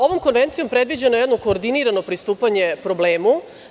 Ovom konvencijom predviđeno je jedno koordinirano pristupanje problemu.